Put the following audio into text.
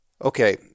Okay